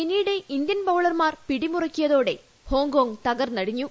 പിന്നീട് ഇന്ത്യൻ ബൌളർമാർ പിടിമുറുക്കിയതോടെ ഹോങ്കോങ്ങ് തകർന്നു